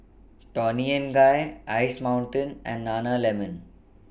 Toni and Guy Ice Mountain and Nana Lemon